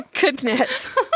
goodness